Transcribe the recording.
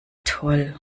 toll